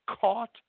caught